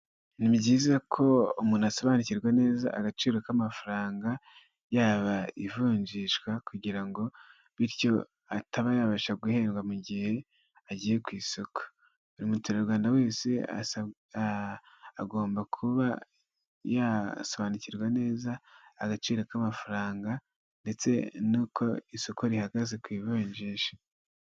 Tengamara na tiveya twongeye kubatengamaza, ishimwe kuri tiveya ryongeye gutangwa ni nyuma y'ubugenzuzi isuzuma n'ibikorwa byo kugaruza umusoro byakozwe dukomeje gusaba ibiyamu niba utariyandikisha kanda kannyeri maganainani urwego ukurikiza amabwiriza nibayandikishije zirikana fatire ya ibiyemu no kwandikisha nimero yawe ya telefone itanga n amakuru.